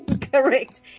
Correct